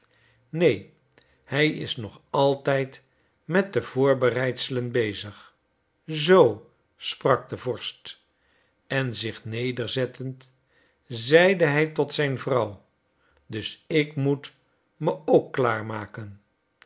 neen hij is nog altijd met de voorbereidselen bezig zoo sprak de vorst en zich nederzettend zeide hij tot zijn vrouw dus ik moet me ook